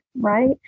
right